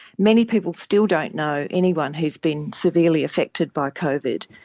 many people still don't know anyone who has been severely affected by covid,